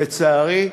לצערי,